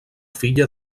filla